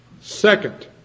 Second